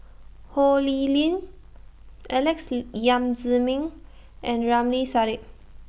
Ho Lee Ling Alex Yam Ziming and Ramli Sarip